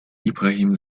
ibrahim